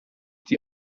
die